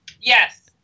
yes